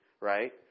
Right